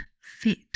fit